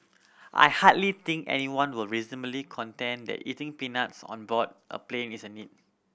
I hardly think anyone would reasonably contend that eating peanuts on board a plane is a need